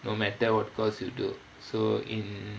no matter what course you do so in